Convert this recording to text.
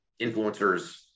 influencers